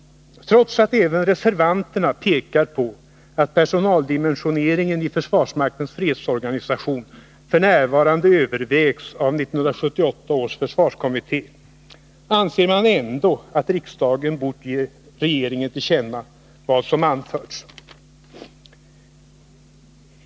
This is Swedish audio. Trots att även reservanterna pekar på att personaldimensioneringen i försvarsmaktens fredsorganisation f. n. övervägs av 1978 års försvarskom mitté, anser man ändå att riksdagen bort ge regeringen till känna vad som anförts.